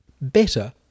better